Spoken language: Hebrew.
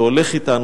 שהולך אתנו,